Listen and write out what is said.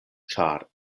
ĉar